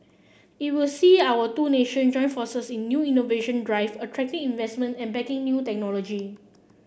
it will see our two nation join forces in new innovation drive attracting investment and backing new technology